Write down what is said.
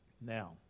Now